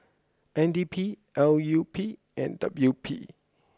N D P L U P and W P